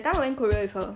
I went korea with her